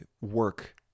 work